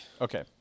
Okay